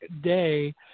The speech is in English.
day